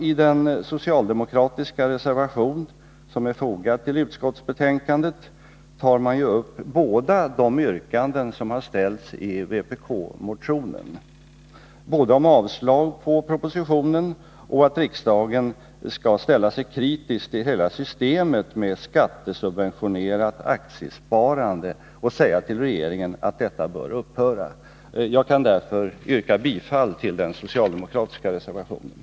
I den socialdemokratiska reservation som är fogad till utskottsbetänkandet tar reservanterna upp båda de yrkanden som ställts i vpk-motionen, både om avslag på propositionen och att riksdagen skall ställa sig kritisk till hela systemet med skattesubventionerat aktiesparande och säga till regeringen att detta bör upphöra. Jag kan därför yrka bifall till den socialdemokratiska reservationen.